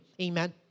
Amen